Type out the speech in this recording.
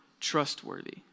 trustworthy